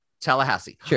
tallahassee